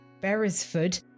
Beresford